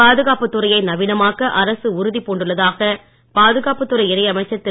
பாதுகாப்புத் துறையை நவீனமாக்க அரசு உறுதி பூண்டுள்ளதாக பாதுகாப்புத் துறை இணை அமைச்சர் திரு